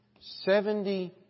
Seventy